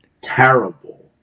terrible